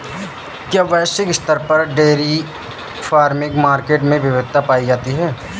क्या वैश्विक स्तर पर डेयरी फार्मिंग मार्केट में विविधता पाई जाती है?